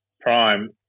prime